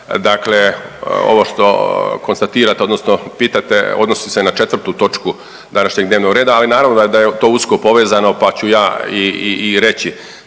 dakle ovo što konstatirate odnosno pitate odnosi se na 4. točku današnjeg dnevnog reda, ali naravno da je to usko povezano pa ću ja i reći